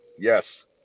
Yes